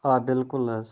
آ بِلکُل حظ